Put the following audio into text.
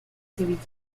sevilla